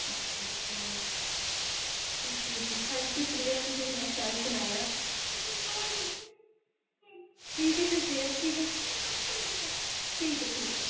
अच्छा अच्छा जी जी थैंक यू प्रिया तुसें मै शैल सनाया ठीक ऐ फिर प्रिया ठीक ऐ ठीक ऐ ठीक ऐ